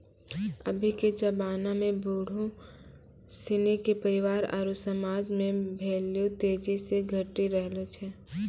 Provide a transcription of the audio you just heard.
अभी के जबाना में बुढ़ो सिनी के परिवार आरु समाज मे भेल्यू तेजी से घटी रहलो छै